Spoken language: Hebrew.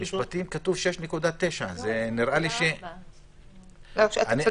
לגבי משפטים, כתוב: 6.9%. אתה צודק.